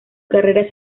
carrera